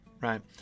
right